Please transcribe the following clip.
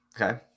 Okay